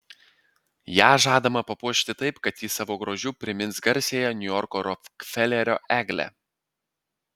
ją žadama papuošti taip kad ji savo grožiu primins garsiąją niujorko rokfelerio eglę